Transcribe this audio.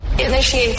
Initiate